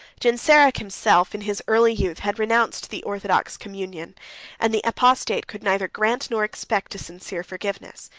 genseric himself, in his early youth, had renounced the orthodox communion and the apostate could neither grant, nor expect, a sincere forgiveness.